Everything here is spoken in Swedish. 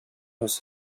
hos